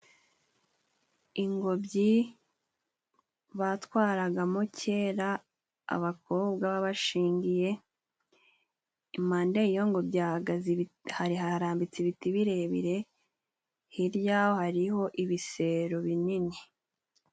Ingobyi batwaragamo kera abakobwa babashyingiye; impande yiyo ngobyi harambitse ibiti birebire hirya yaho hariho ibisebo binini.